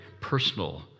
personal